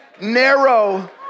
narrow